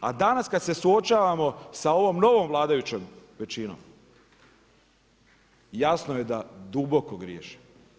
A danas kada se suočavamo sa ovom novom vladajućom većinom, jasno je da duboko griješim.